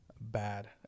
bad